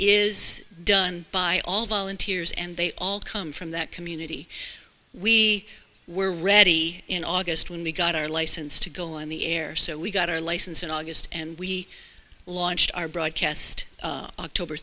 is done by all volunteers and they all come from that community we were ready in august when we got our license to go on the air so we got our license in august and we launched our broadcast october